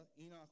Enoch